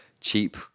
cheap